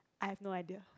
I have no idea